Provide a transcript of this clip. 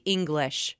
English